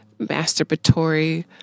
masturbatory